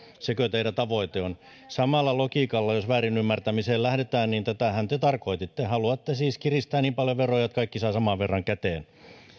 sekö teidän tavoitteenne on samalla logiikalla jos väärinymmärtämiseen lähdetään niin tätähän te tarkoititte haluatte siis kiristää veroja niin paljon että kaikki saavat saman verran käteen